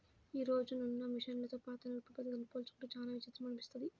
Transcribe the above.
యీ రోజునున్న మిషన్లతో పాత నూర్పిడి పద్ధతుల్ని పోల్చుకుంటే చానా విచిత్రం అనిపిస్తది